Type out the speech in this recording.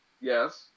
Yes